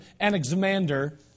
Anaximander